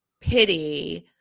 pity